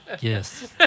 Yes